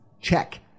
Check